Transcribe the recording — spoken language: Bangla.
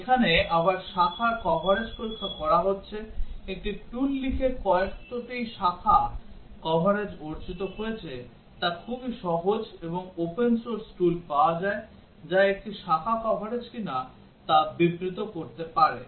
এখানে আবার শাখার কভারেজ পরীক্ষা করা হচ্ছে একটি tool লিখে কতটা শাখা কভারেজ অর্জিত হয়েছে তা খুবই সহজ এবং open source tool পাওয়া যায় যা একটি শাখা কভারেজ কি তা বিবৃত করতে পারে